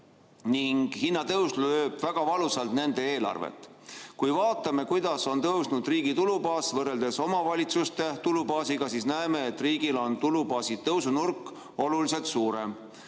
ning hinnatõus lööb väga valusalt nende eelarvet. Kui vaatame, kuidas on tõusnud riigi tulubaas võrreldes omavalitsuste tulubaasiga, siis näeme, et riigil on tulubaasi tõusunurk oluliselt suurem.